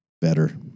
better